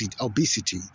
obesity